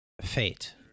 fate